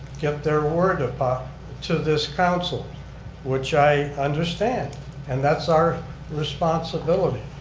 get their word about to this council which i understand and that's our responsibility.